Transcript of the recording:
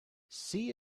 see